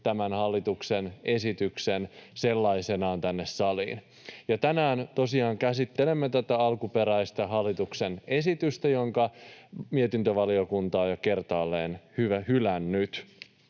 tämän hallituksen esityksen sellaisenaan tänne saliin. Tänään tosiaan käsittelemme tätä alkuperäistä hallituksen esitystä, jonka mietintövaliokunta on jo kertaalleen hylännyt.